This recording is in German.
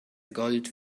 gold